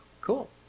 cool